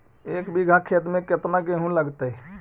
एक बिघा खेत में केतना गेहूं लगतै?